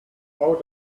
how